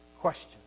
question